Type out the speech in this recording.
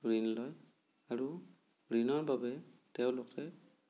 ঋণ লয় আৰু ঋণৰ বাবে তেওঁলোকে